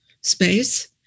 space